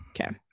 Okay